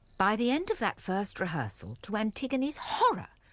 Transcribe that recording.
by the end of that first rehearsal, to antigone's horror,